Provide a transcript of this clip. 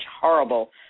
horrible